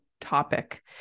topic